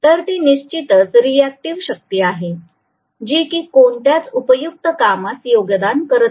तर ती निश्चितच रिएक्टिव शक्ती आहे जी की कोणत्याच उपयुक्त कामास योगदान करत नाही